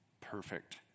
Perfect